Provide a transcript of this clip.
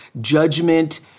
judgment